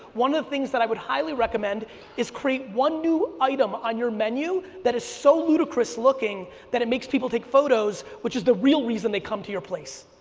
one of the things that i would highly recommend is create one new item on your menu that is so ludicrous looking that it makes people take photos, which is the real reason they come to your place.